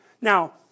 Now